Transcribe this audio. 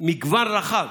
מגוון רחב